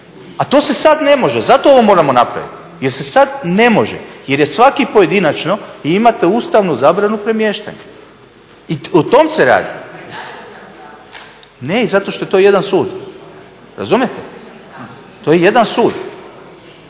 A to se sad ne može, zato ovo moramo napraviti, jer se sad ne može jer je svaki pojedinačno, jer imate ustavnu zabranu premještanja i o tome se radi. …/Upadica se ne čuje./… ne i zato što je to jedan sud, razumijete to je jedan sud.